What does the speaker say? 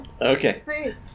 Okay